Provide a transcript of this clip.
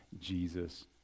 Jesus